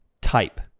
type